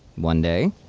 one day,